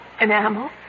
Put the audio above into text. enamel